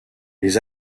les